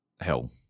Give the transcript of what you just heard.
Hell